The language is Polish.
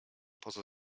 poza